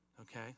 okay